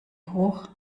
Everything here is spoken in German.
hoch